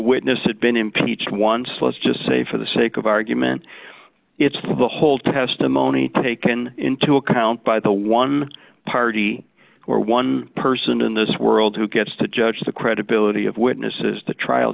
witness had been impeached once let's just say for the sake of argument it's the whole testimony taken into account by the one party or one person in this world who gets to judge the credibility of witnesses the trial